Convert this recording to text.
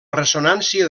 ressonància